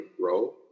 grow